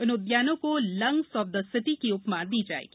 इन उद्यानों को lungs of the city की उपमा दी जाएगी